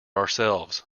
ourselves